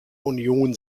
union